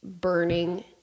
burning